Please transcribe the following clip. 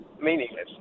meaningless